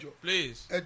please